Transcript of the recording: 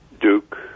Duke